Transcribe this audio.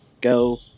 Go